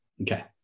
Okay